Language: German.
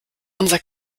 unser